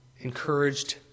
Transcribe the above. encouraged